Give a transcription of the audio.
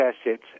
assets